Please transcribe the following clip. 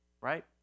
Right